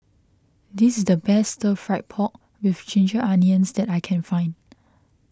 this is the best Stir Fried Pork with Ginger Onions that I can find